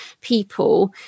people